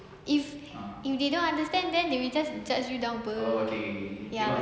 if they don't understand then they will just judge you down [pe] ya